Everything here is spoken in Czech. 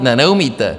Ne, neumíte.